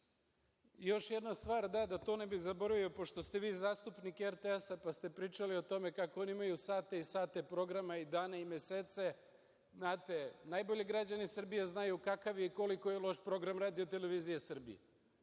jedna stvar, da to ne bih zaboravio, pošto ste vi zastupnik RTS-a, pa ste pričali o tome kako oni imaju sate i sate programa, dane i mesece, znate, najbolje građani Srbije znaju kakav je i koliko je loš program RTS-a. Ako pričamo